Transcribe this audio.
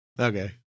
Okay